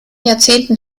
jahrzehnten